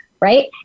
right